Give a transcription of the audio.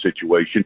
situation